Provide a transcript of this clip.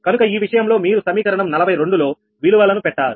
కనుక ఈ విషయంలో మీరు సమీకరణం 42 లో విలువలను పెట్టారు